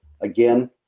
Again